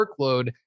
workload